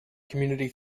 community